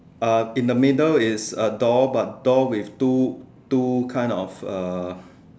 uh in the middle is a door but door with two two kind of uh